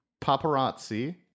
Paparazzi